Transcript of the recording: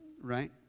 right